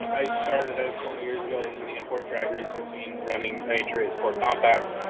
i started out twenty years ago, in the import drag racing scene, running a race sport compact,